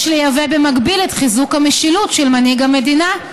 יש לייבא במקביל את חיזוק המשילות של מנהיג המדינה.